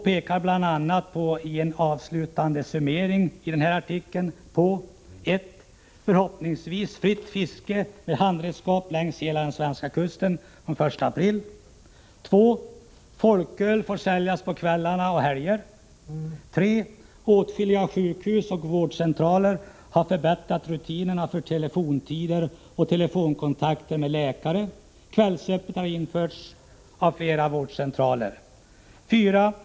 I en avslutande summering pekar han bl.a. på följande: 1. Det kommer förhoppningsvis att bli fritt fiske med handredskap längs hela den svenska kusten från den 1 april. 2. Folköl kommer att få säljas på kvällar och helger. 3. Åtskilliga sjukhus och vårdcentraler har förbättrat rutinerna beträffande telefontider och telefonkontakter med läkare. Kvällsöppet har införts av flera vårdcentraler. 4.